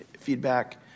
feedback